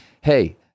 hey